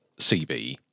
CB